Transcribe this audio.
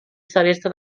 celeste